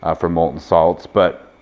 ah for molten salts, but